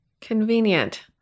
Convenient